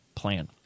plan